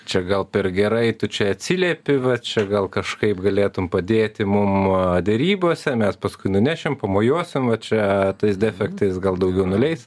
čia gal per gerai tu čia atsiliepi va čia gal kažkaip galėtum padėti mum derybose mes paskui nunešim pamojuosim čia tais defektais gal daugiau nuleis